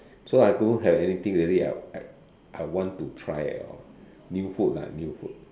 so I don't have anything already I I I want to try at all new food lah new food